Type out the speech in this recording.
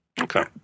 Okay